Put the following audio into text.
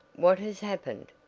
what has happened?